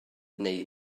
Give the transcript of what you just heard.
neu